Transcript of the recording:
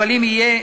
אבל אם יהיה,